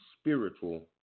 spiritual